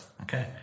Okay